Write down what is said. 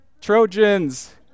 Trojans